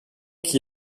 qui